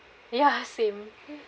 ya same